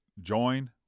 join